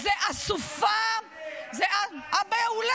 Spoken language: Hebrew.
זה אסופה ------ אני מוכן לעזור לך.